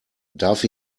darf